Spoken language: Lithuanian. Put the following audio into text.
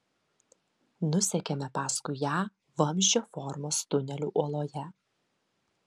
nusekėme paskui ją vamzdžio formos tuneliu uoloje